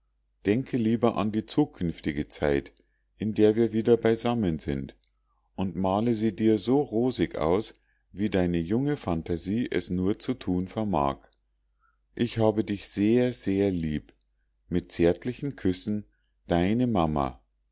denke lieber an die zukünftige zeit in der wir wieder beisammen sind und male sie dir so rosig aus wie deine junge phantasie es nur zu thun vermag ich habe dich sehr sehr lieb mit zärtlichen küssen deine mama